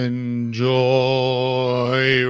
Enjoy